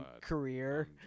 career